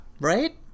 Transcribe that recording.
Right